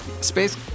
Space